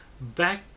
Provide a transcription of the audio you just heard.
back